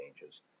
changes